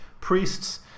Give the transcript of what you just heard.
priests